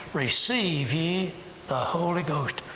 receive ye the holy ghost!